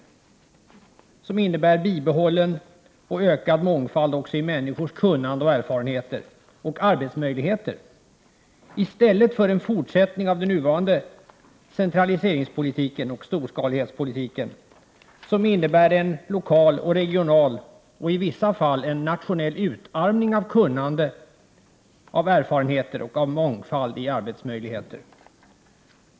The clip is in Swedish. En sådan utveckling skulle innebära bibehållen och ökad mångfald i människors kunnande och erfarenheter och arbetsmöjligheter i stället för en fortsättning av den nuvarande centraliseringsoch storskalighetspolitiken, som medför en lokal, regional och i vissa fall även nationell utarmning av kunnande, erfarenheter och av mångfald när det gäller arbetsmöjligheter.